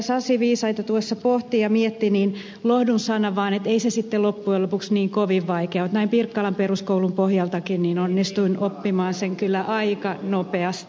sasi viisaita tuossa pohti ja mietti niin lohdun sana vaan ettei se sitten loppujen lopuksi niin kovin vaikea ole että näin pirkkalan peruskoulun pohjaltakin onnistuin oppimaan sen kyllä aika nopeasti